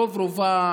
ורוב-רובה